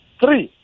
three